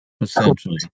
essentially